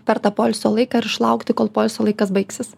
per tą poilsio laiką ir išlaukti kol poilsio laikas baigsis